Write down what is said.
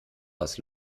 was